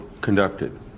conducted